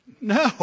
No